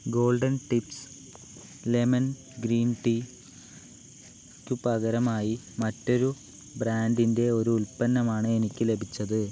golden tips lemon green ടീക്കു പകരമായി മറ്റൊരു ബ്രാൻഡിന്റെ ഒരു ഉൽപ്പന്നമാണ് എനിക്ക് ലഭിച്ചത്